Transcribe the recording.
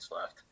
left